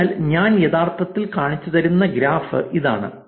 അതിനാൽ ഞാൻ യഥാർത്ഥത്തിൽ കാണിച്ചുതരുന്ന ഗ്രാഫ് ഇതാണ്